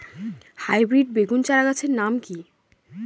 Hybrid বেগুন চারাগাছের নাম কি?